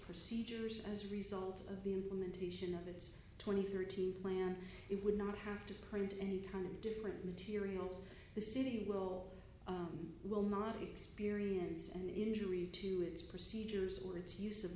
procedures as a result of the implementation of its twenty thirteen plan it would not have to print and kind of different materials the city will will not experience an injury to its procedures or its use of